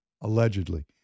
allegedly